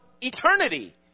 eternity